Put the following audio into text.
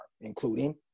Including